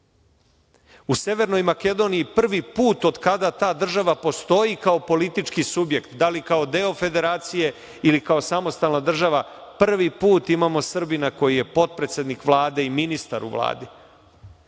Severnoj Makedoniji prvi put od kada ta država postoji kao politički subjekt, da li kao deo federacije ili kao samostalna država, prvi put imamo Srbina koji je potpredsednik Vlade i ministar u Vladi